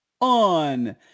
on